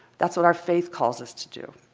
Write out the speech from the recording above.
that's what our faith calls us to do.